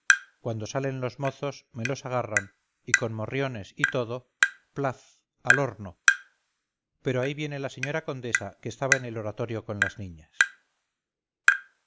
cuando salen los mozos me los agarran y con morriones y todo plaf al horno pero ahí viene la señora condesa que estaba en el oratorio con las niñas